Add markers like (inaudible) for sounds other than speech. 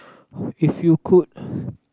(breath) if you could